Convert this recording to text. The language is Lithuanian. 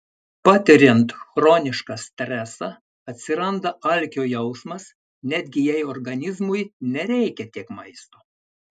patiriant chronišką stresą atsiranda alkio jausmas netgi jei organizmui nereikia tiek maisto